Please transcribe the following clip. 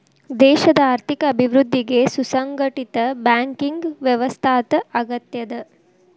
ದೇಶದ್ ಆರ್ಥಿಕ ಅಭಿವೃದ್ಧಿಗೆ ಸುಸಂಘಟಿತ ಬ್ಯಾಂಕಿಂಗ್ ವ್ಯವಸ್ಥಾದ್ ಅಗತ್ಯದ